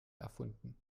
erfunden